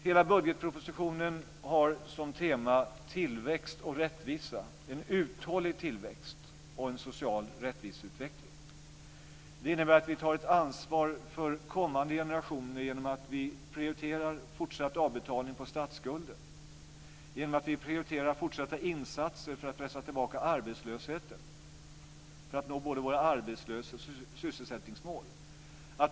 Hela budgetpropositionen har tillväxt och rättvisa som tema, en uthållig tillväxt och en social rättviseutveckling. Det innebär att vi tar ett ansvar för kommande generationer genom att vi prioriterar fortsatt avbetalning på statsskulden, genom att vi prioriterar fortsatta insatser för att pressa tillbaka arbetslösheten för att nå våra sysselsättningsmål.